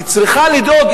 היא צריכה לדאוג,